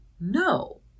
no